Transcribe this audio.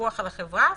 מפיקוח על החברה הזאת.